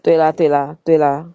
对啦对啦对啦